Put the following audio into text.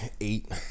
eight